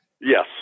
Yes